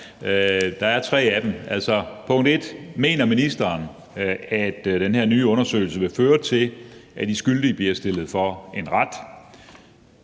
Der er tre af dem. Det første er: Mener ministeren, at den her nye undersøgelse vil føre til, at de skyldige bliver stillet for en ret?